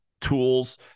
tools